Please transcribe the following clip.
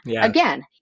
Again